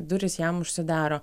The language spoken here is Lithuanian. durys jam užsidaro